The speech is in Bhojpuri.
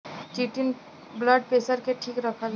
चिटिन ब्लड प्रेसर के ठीक रखला